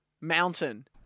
mountain